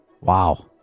Wow